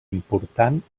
important